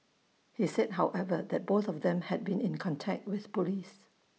he said however that both of them had been in contact with Police